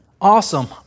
awesome